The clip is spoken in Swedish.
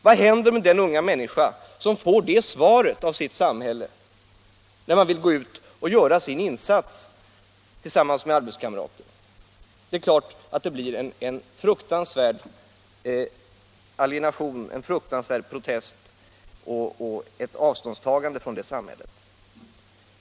Vad tror ni händer med den unga människa som vill gå ut för att göra sin insats i samhället tillsammans med sina arbetskamrater men får det svaret av sitt samhälle? Det är klart att det känns som en fruktansvärd utestängning och att följden blir en oerhörd protest och ett avståndstagande från samhället.